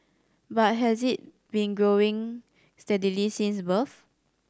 but has it been growing steadily since birth